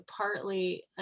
partly